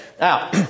now